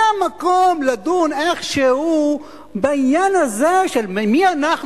היה מקום לדון איכשהו בעניין הזה של מי אנחנו